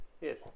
Yes